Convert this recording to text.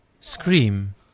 Scream